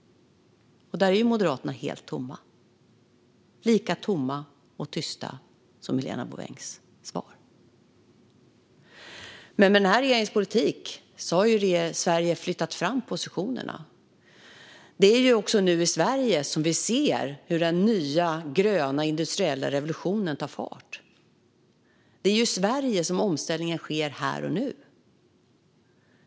Där är Moderaterna helt tomma - lika tomma och tysta som Helena Bouvengs svar. Med den här regeringens politik har Sverige flyttat fram positionerna. Det är i Sverige som vi nu ser hur den nya gröna industriella revolutionen tar fart. Det är i Sverige som omställningen sker här och nu.